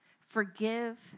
Forgive